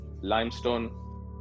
limestone